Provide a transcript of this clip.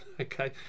Okay